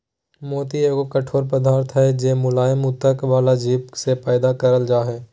मोती एगो कठोर पदार्थ हय जे मुलायम उत्तक वला जीव से पैदा करल जा हय